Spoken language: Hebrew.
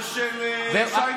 ושל שי ניצן,